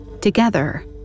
Together